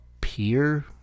peer